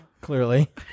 Clearly